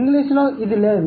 ఇంగ్లీష్లో లేదు